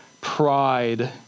Pride